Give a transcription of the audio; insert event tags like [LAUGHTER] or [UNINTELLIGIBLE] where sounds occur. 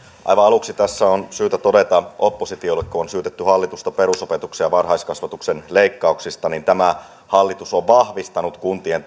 aivan aluksi tässä on syytä todeta oppositiolle kun on syytetty hallitusta perusopetuksen ja varhaiskasvatuksen leikkauksista että tämä hallitus on vahvistanut kuntien [UNINTELLIGIBLE]